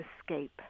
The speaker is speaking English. escape